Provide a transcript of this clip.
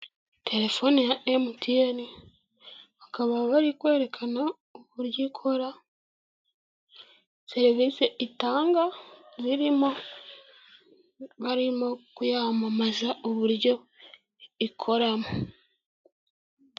Telefoni ya Mtn bakaba bari kwerekana uburyo ikora serivisi itanga zirimo, barimo kuyamamaza uburyo ikoramo.